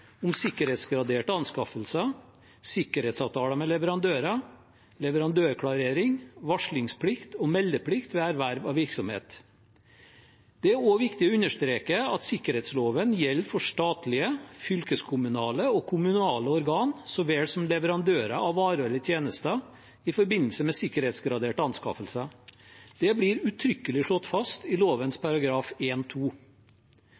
om sikkerhetsgraderte anskaffelser, sikkerhetsavtaler med leverandører, leverandørklarering, varslingsplikt og meldeplikt ved erverv av virksomhet. Det er også viktig å understreke at sikkerhetsloven gjelder for statlige, fylkeskommunale og kommunale organ så vel som leverandører av varer eller tjenester i forbindelse med sikkerhetsgraderte anskaffelser. Det blir uttrykkelig slått fast i lovens